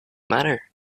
matter